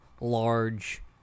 large